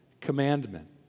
commandment